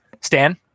Stan